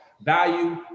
value